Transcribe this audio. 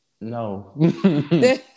no